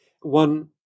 one